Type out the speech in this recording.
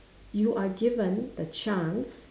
you are given the chance